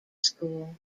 school